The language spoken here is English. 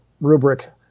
rubric